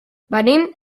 venim